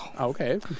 Okay